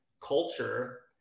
culture